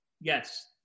Yes